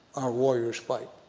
our warriors fight.